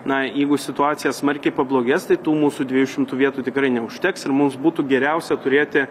na jeigu situacija smarkiai pablogės tai tų mūsų dviejų šimtų vietų tikrai neužteks ir mums būtų geriausia turėti